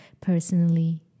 personally